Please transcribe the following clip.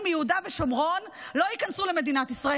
מיהודה ושומרון לא ייכנסו למדינת ישראל.